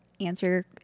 answer